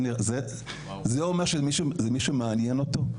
זה אומר שמישהו מעניין אותו?